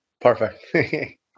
Perfect